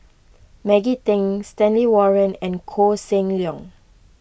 Maggie Teng Stanley Warren and Koh Seng Leong